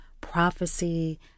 prophecy